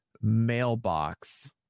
mailbox